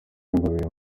nabyo